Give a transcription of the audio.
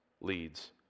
leads